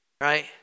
right